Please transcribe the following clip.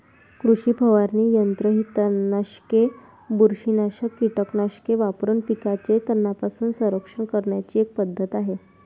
कृषी फवारणी यंत्र ही तणनाशके, बुरशीनाशक कीटकनाशके वापरून पिकांचे तणांपासून संरक्षण करण्याची एक पद्धत आहे